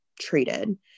treated